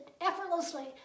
effortlessly